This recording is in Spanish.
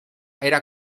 era